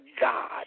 God